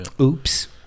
Oops